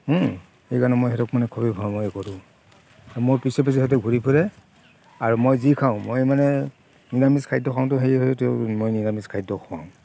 সেইকাৰণে মানে মই সিহঁতক মানে খুবেই ভাল পাওঁ মোৰ পিছে পিছে সিহঁতে ঘূৰি ফুৰে আৰু মই যি খাওঁ মই মানে নিৰামিষ খাদ্য খাওঁটো সিহঁতিও মই নিৰামিষ খাদ্য খোৱাও